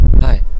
Hi